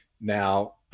now